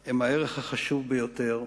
הוא הערך החשוב ביותר,